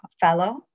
fellow